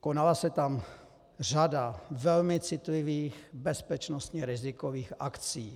Konala se tam řada velmi citlivých, bezpečnostně rizikových akcí.